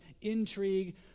intrigue